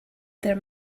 there